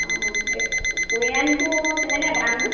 অঁ এই কুৰিয়ানবোৰ কেনেকৈ দামনো